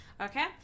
Okay